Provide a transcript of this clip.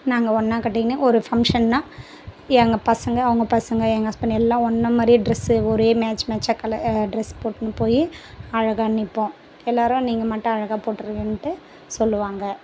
நாங்கள் ஒன்னாக கட்டிக்கின்னு ஒரு ஃபங்க்ஷன்னா எங்கள் பசங்க அவங்க பசங்க எங்கள் ஹஸ்பண்ட் எல்லாம் ஒன்னாக மாதிரியே ட்ரெஸ்ஸு ஒரே மேட்ச் மேட்சாக கல ட்ரெஸ் போட்டுன்னு போய் அழகாக நிற்போம் எல்லாரும் நீங்கள் மட்டும் அழகாக போட்டுறீங்கன்ட்டு சொல்லுவாங்க